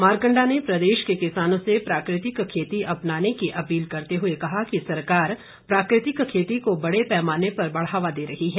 मारकंडा ने प्रदेश के किसानों से प्राकृतिक खेती अपनाने की अपील करते हुए कहा कि सरकार प्राकृतिक खेती को बड़े पैमाने पर बढ़ावा दे रही है